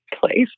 place